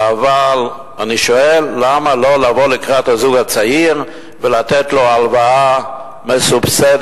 אבל אני שואל למה לא לבוא לקראת הזוג הצעיר ולתת לו הלוואה מסובסדת,